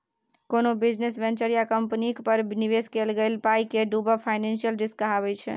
कोनो business venture या कंपनीक पर निबेश कएल गेल पाइ केर डुबब फाइनेंशियल रिस्क कहाबै छै